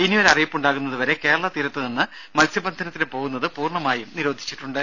ഇനിയൊരു അറിയിപ്പുണ്ടാകുന്നത് വരെ കേരള തീരത്ത് നിന്ന് മത്സ്യബന്ധനത്തിന് പോകുന്നത് പൂർണമായും നിരോധിച്ചിട്ടുണ്ട്